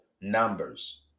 numbers